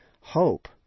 hope